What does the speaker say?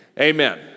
Amen